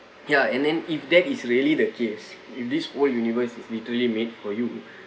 ya and then if that is really the case if this whole universe is literally made for you